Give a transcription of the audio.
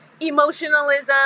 emotionalism